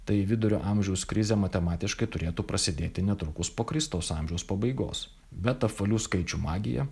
tai vidurio amžiaus krizė matematiškai turėtų prasidėti netrukus po kristaus amžiaus pabaigos bet apvalių skaičių magija